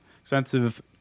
extensive